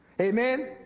Amen